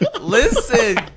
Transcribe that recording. Listen